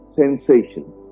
sensations